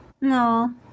No